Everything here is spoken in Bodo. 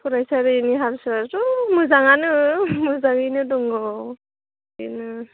फरायसालिनि हाल सालआथ' मोजाङानो मोजाङैनो दङ बेनो